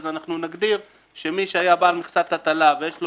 אז אנחנו נגדיר שמי שהיה בעל מכסת הטלה ויש לו